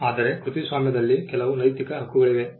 ಆದರೆ ಕೃತಿಸ್ವಾಮ್ಯದಲ್ಲಿ ಕೆಲವು ನೈತಿಕ ಹಕ್ಕುಗಳಿವೆ